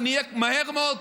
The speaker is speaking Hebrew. אנחנו נהיה מהר מאוד,